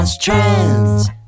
Trends